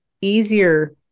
easier